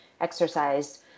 exercise